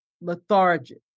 lethargic